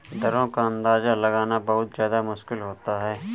दरों का अंदाजा लगाना बहुत ज्यादा मुश्किल होता है